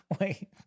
Wait